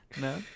No